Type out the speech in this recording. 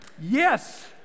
Yes